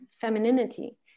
femininity